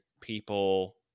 people